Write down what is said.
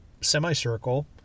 semicircle